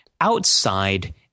outside